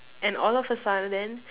and all of a sudden